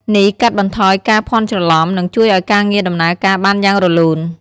នេះកាត់បន្ថយការភ័ន្តច្រឡំ និងជួយឱ្យការងារដំណើរការបានយ៉ាងរលូន។